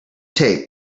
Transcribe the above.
take